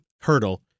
hurdle